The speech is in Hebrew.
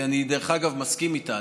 דרך אגב, אני מסכים איתה.